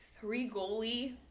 three-goalie